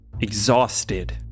exhausted